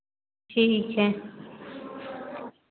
ठीक है